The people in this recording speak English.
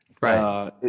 Right